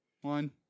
one